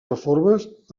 reformes